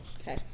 Okay